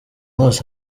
hose